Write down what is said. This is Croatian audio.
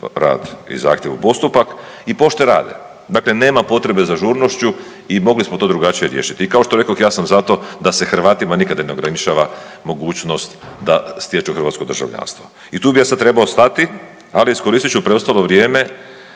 rad i zahtjev u postupak i pošte rade. Dakle nema potrebe za žurnošću i mogli smo to drugačije riješiti. I kao što rekoh, ja sam za to da se Hrvatima nikad ne ograničava mogućnost da stječu hrvatsko državljanstvo. I tu bi ja sad trebao stati, ali iskoristit ću preostalo vrijeme